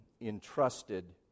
entrusted